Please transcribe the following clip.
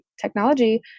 technology